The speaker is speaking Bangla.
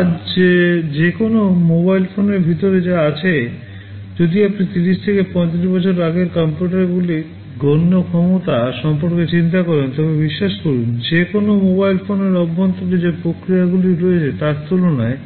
আজ যে কোনও মোবাইল ফোনের ভিতরে যা আছে যদি আপনি 30 থেকে 35 বছর আগের কম্পিউটারগুলির গণ্য ক্ষমতা সম্পর্কে চিন্তা করেন তবে বিশ্বাস করুন যে কোনও মোবাইল ফোনের অভ্যন্তরে যে প্রক্রিয়াগুলি রয়েছে তার তুলনায়